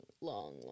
long